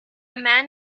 man